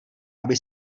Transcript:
aby